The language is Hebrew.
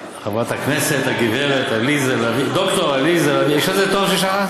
לביא, ד"ר עליזה לביא, יש עוד איזה תואר ששכחתי?